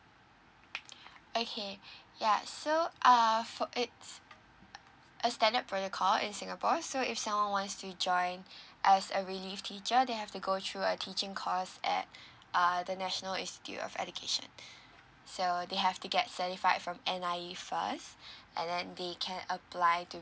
okay ya so err for it's a standard protocol in singapore so if someone wants to join as a relief teacher they have to go through a teaching course at uh the national institute of education so they have to get certified from N_I_E first and then they can apply to